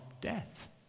death